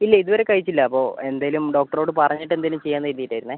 ഇല്ല ഇതുവരെ കഴിച്ചില്ല അപ്പോൾ എന്തേലും ഡോക്ടറോട് പറഞ്ഞിട്ട് എന്തേലും ചെയ്യാന്ന് കരുതീട്ടായിരുന്നു